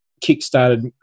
kick-started